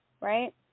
right